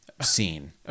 scene